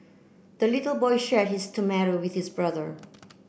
the little boy shared his tomato with his brother